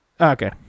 Okay